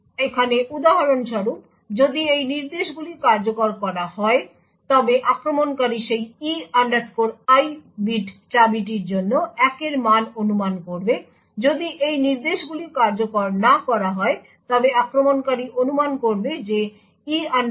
এখানে উদাহরণ যদি এই নির্দেশগুলি কার্যকর করা হয় তবে আক্রমণকারী সেই E i বিট চাবিটির জন্য 1 এর মান অনুমান করবে যদি এই নির্দেশগুলি কার্যকর না করা হয় তবে আক্রমণকারী অনুমান করবে যে E i বিটটি 0